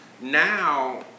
now